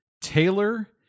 Taylor